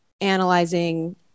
analyzing